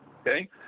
Okay